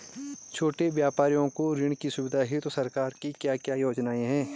छोटे व्यापारियों को ऋण की सुविधा हेतु सरकार की क्या क्या योजनाएँ हैं?